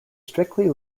strictly